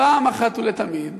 ופעם אחת ולתמיד